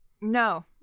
No